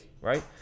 right